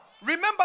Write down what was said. remember